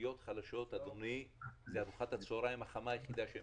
ולאוכלוסיות חלשות זה ארוחת הצוהריים החמה היחידה שהם